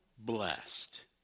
Blessed